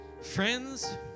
friends